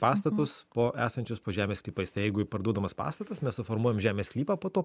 pastatus po esančius po žemės sklypais tai jeigu parduodamas pastatas mes suformuojam žemės sklypą po tuo